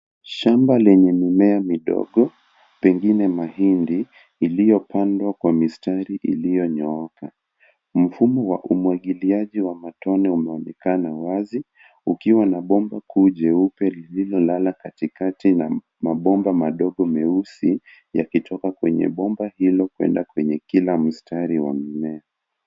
Shamba lenye mimea midogo, pengine mahindi, iliopandwa kwa mistari ilionyooka. Mfumo wa umwagiliaji wa matone umeonekana wazi, ukiwa na bomba kuu jeupe, lililolala katikati, na mabomba madogo meusi, yakitoka kwenye bomba hilo kwenda kwenye kila mstari wa mmea.